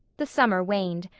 the summer waned.